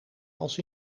als